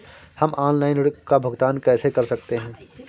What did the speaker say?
हम ऑनलाइन ऋण का भुगतान कैसे कर सकते हैं?